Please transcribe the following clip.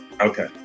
okay